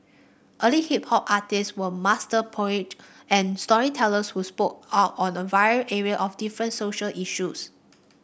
early hip hop artists were master poet and storytellers who spoke out on a very array of different social issues